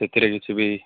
ସେଥିରେ କିଛି ବି